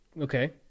Okay